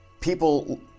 people